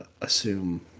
assume